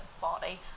body